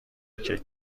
کیک